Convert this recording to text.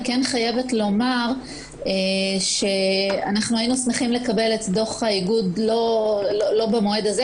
אני כן חייבת לומר שאנחנו היינו שמחים לקבל את דוח האיגוד לא במועד הזה,